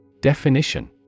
Definition